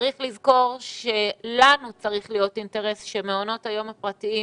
צריך לזכור שלנו צריך להיות אינטרס שמעונות היום הפרטיים